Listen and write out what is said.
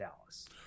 Dallas